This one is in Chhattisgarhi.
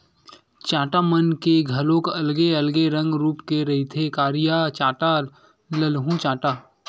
चाटा मन के घलोक अलगे अलगे रंग रुप के रहिथे करिया चाटा, ललहूँ चाटा